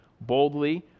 boldly